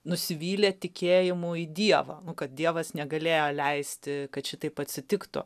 nusivylė tikėjimu į dievą nu kad dievas negalėjo leisti kad šitaip atsitiktų